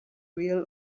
real